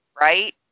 right